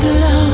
love